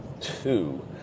two